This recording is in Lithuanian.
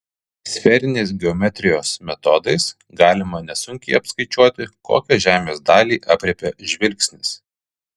sferinės geometrijos metodais galima nesunkiai apskaičiuoti kokią žemės dalį aprėpia žvilgsnis